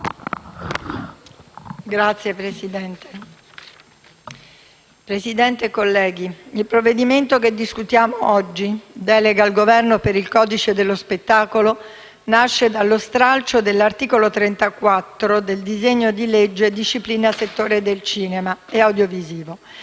*(M5S)*. Signora Presidente, colleghi, il provvedimento che discutiamo oggi, intitolato «Delega al Governo per il codice dello spettacolo» nasce dallo stralcio dell'articolo 34 del disegno di legge di disciplina del settore del cinema e dell'audiovisivo,